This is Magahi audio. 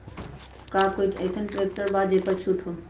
का कोइ अईसन ट्रैक्टर बा जे पर छूट हो?